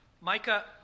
Micah